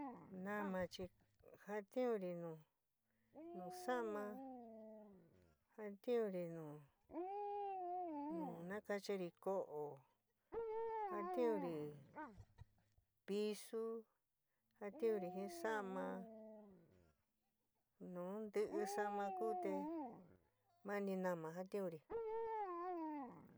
Náma chi jatiunri nu nu sa'ama jatiunri nu nu nakáchari ko'o, jatiunri pisu jatiunri jin sa'ama nu ntɨ sa'ama kuú te mani náma jatiunri.